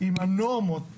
עם הנורמות